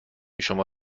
شما